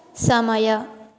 ಸಮಯ